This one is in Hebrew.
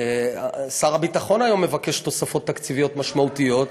שר הביטחון היום מבקש תוספות תקציביות משמעותיות.